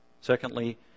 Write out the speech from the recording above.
Secondly